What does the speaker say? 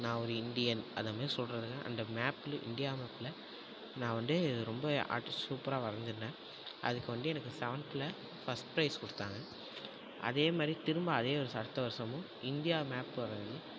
நான் ஒரு இந்தியன் அதை மாரி சொல்லுறது தான் அந்த மேப்பில் இந்தியா மேப்பில் நான் வந்து ரொம்ப அது சூப்பராக வரைஞ்சிருந்தேன் அதுக்கு வந்து எனக்கு செவன்த்தில் ஃபர்ஸ்ட் ப்ரைஸ் கொடுத்தாங்க அதே மாரி திரும்ப அதே வருஷ அடுத்த வருஷமும் இந்தியா மேப் போட்றதுலையும்